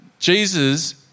Jesus